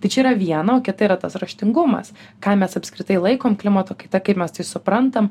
tai čia yra viena o kita yra tas raštingumas ką mes apskritai laikom klimato kaita kaip mes tai suprantam